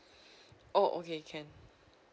oh okay can